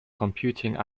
computing